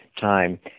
time